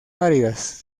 áridas